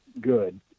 good